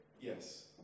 Yes